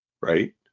right